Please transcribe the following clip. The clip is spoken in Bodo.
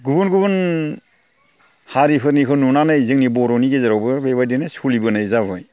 गुबुन गुबुन हारिफोरनिखौ नुनानै जोंनि बर'नि गेजेरावबो बेबायदिनो सोलिबोनाय जाबाय